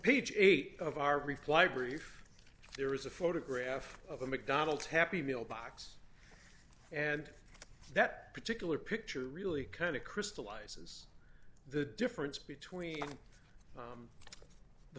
page eight of our reply brief there is a photograph of a mcdonald's happy meal box and that particular picture really kind of crystallizes the difference between